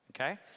Okay